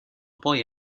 poi